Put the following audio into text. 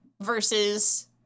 versus